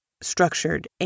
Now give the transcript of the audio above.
structured